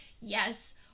yes